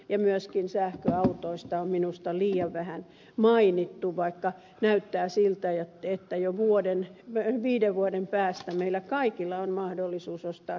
ja myöskin sähköautoista on minusta liian vähän mainittu vaikka näyttää siltä että jo viiden vuoden päästä meillä kaikilla on mahdollisuus ostaa sähköauto